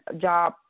job